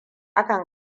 akan